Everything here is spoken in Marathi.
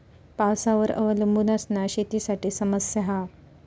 पावसावर अवलंबून असना शेतीसाठी समस्या हा